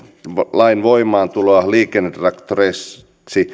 lain voimaantuloa liikennetraktoreiksi